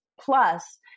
plus